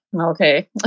okay